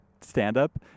stand-up